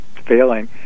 failing